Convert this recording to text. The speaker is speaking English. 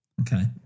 Okay